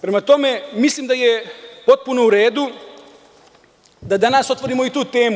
Prema tome, mislim da je potpuno u redu da danas otvorimo i tu temu.